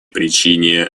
причине